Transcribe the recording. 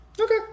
Okay